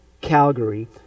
Calgary